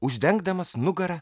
uždengdamas nugara